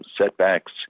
setbacks